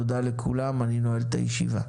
תודה לכולם, אני נועל את הישיבה.